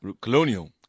colonial